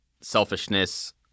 selfishness –